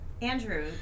Andrew